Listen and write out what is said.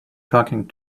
talking